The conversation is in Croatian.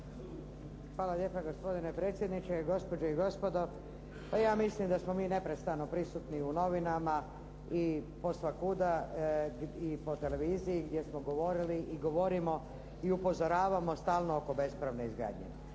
Hvala lijepa, gospodine predsjedniče, gospođe i gospodo. Pa ja mislim da smo mi neprestano prisutni u novinama i posvakuda i po televiziji gdje smo govorili i govorimo i upozoravamo stalno oko bespravne izgradnje.